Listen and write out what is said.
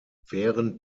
während